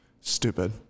stupid